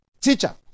teacher